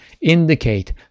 indicate